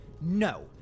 No